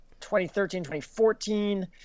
2013-2014